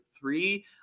three